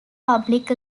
public